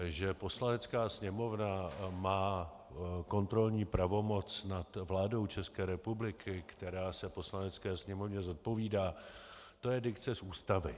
Že Poslanecká sněmovna má kontrolní pravomoc nad vládou České republiky, která se Poslanecké sněmovně zodpovídá, to je dikce z Ústavy.